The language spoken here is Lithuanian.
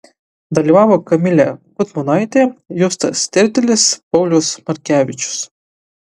dalyvavo kamilė gudmonaitė justas tertelis paulius markevičius